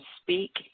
speak